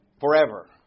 forever